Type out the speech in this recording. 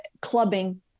clubbing